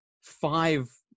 five